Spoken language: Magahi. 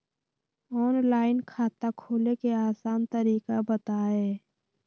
ऑनलाइन खाता खोले के आसान तरीका बताए?